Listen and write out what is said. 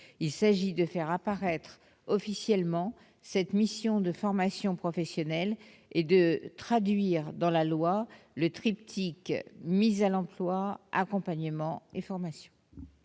Il s'agit de faire apparaître officiellement cette mission de formation professionnelle et de traduire dans la loi le triptyque « mise à l'emploi, accompagnement, formation